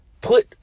put